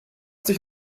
dich